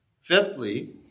Fifthly